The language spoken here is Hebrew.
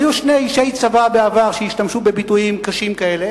היו שני אישי צבא בעבר שהשתמשו בביטויים קשים כאלה,